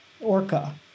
Orca